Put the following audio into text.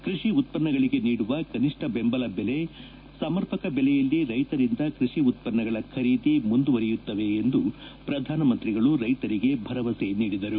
ಕೃಷಿ ಉತ್ತನ್ನಗಳಿಗೆ ನೀಡುವ ಕನಿಷ್ಠ ದೆಂಬಲ ದೆಲೆ ಸಮರ್ಪಕ ದೆಲೆಯಲ್ಲಿ ರೈತರಿಂದ ಕೃಷಿ ಉತ್ಪನ್ನಗಳ ಖರೀದಿ ಮುಂದುವರಿಯುತ್ತವೆ ಎಂದು ಪ್ರಧಾನಮಂತ್ರಿ ರೈತರಿಗೆ ಭರವಸೆ ನೀಡಿದರು